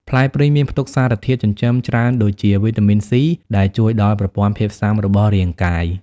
ផ្លែព្រីងមានផ្ទុកសារធាតុចិញ្ចឹមច្រើនដូចជា វីតាមីន C ដែលជួយដល់ប្រព័ន្ធភាពស៊ាំរបស់រាងកាយ។